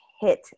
hit